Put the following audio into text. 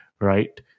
right